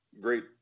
great